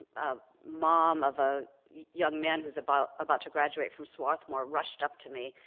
a mom of a young man who's about about to graduate from swathmore rushed up to me,